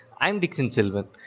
i'm dixon selvan.